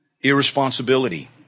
irresponsibility